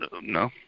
No